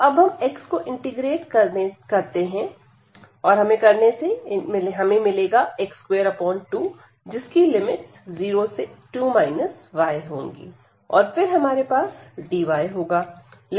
तो अब x को इंटीग्रेट करने से हमें x22 मिलेगा जिसकी लिमिट्स 0 से 2 y होंगी और फिर हमारे पास dy होगा